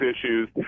issues